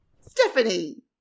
Stephanie